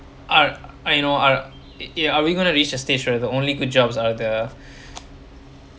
uh I know uh it are we going to reach a stage where the only good jobs are the